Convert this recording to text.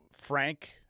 Frank